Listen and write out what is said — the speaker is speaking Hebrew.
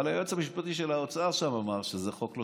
אבל היועץ המשפטי של האוצר שם אמר שזה חוק לא